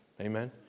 amen